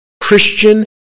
Christian